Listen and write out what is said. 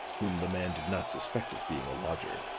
whom the man did not suspect of being a lodger.